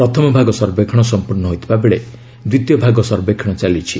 ପ୍ରଥମ ଭାଗ ସର୍ବେକ୍ଷଣ ସମ୍ପର୍ଣ୍ଣ ହୋଇଥିବାବେଳେ ଦ୍ୱିତୀୟ ଭାଗ ସର୍ବେକ୍ଷଣ ଚାଲିଛି